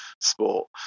sport